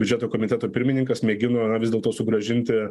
biudžeto komiteto pirmininkas mėgino vis dėlto sugrąžinti